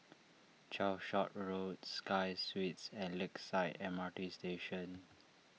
Calshot Road Sky Suites and Lakeside M R T Station